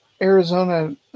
Arizona